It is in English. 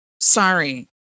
Sorry